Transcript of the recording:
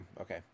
okay